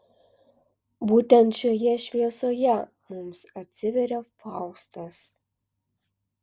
būtent šioje šviesoje mums atsiveria faustas